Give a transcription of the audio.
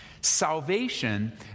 salvation